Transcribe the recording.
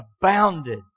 abounded